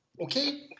okay